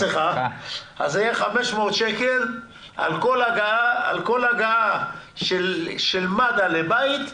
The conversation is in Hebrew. יהיה 500 שקל על כל הגעה של מד"א לבית,